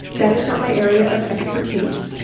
that is not my area of expertise.